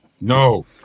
No